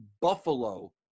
Buffalo